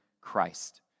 Christ